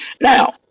Now